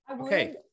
Okay